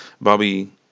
Bobby